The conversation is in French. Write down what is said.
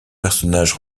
personnages